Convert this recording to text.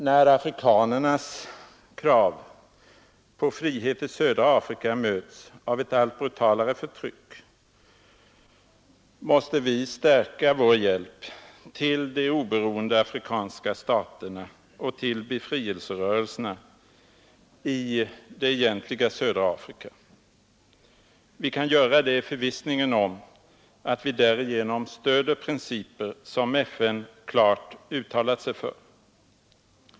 När afrikanernas krav på frihet i södra Afrika möts av ett allt brutalare förtryck måste vi stärka vår hjälp till de oberoende afrikanska staterna och till befrielserörelserna i det egentliga södra Afrika. Vi kan göra det i förvissningen om att vi därigenom stöder principer som FN klart uttalat sig för.